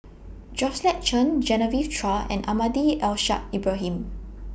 Georgette Chen Genevieve Chua and Almahdi Al Ibrahim